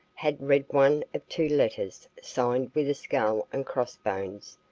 had read one of two letters, signed with a skull and cross-bones,